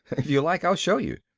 if you like, i'll show you.